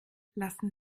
lassen